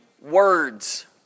words